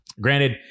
Granted